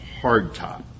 hardtop